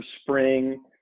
spring